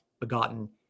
begotten